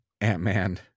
Ant-Man